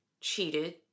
cheated